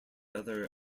other